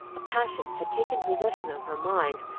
a passion had taken possession of her mind,